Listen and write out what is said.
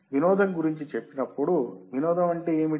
వినోదం గురించి చెప్పినప్పుడు వినోదం అంటే ఏమిటి